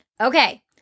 okay